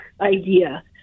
idea